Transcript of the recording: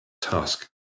task